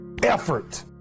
Effort